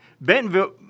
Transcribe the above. Bentonville –